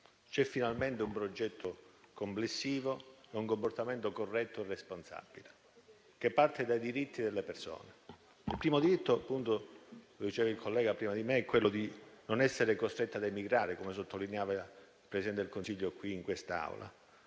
sono finalmente un progetto complessivo e un comportamento corretto e responsabile, che parte dai diritti delle persone. Il primo diritto - come appunto diceva il collega prima di me - è quello di non essere costretti a emigrare - come sottolineava anche il Presidente del Consiglio qui in quest'Aula